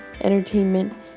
entertainment